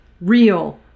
real